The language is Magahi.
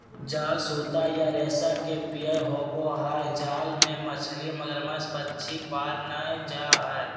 जाल सूत या रेशा के व्यूह होवई हई जाल मे मछली, मच्छड़, पक्षी पार नै जा हई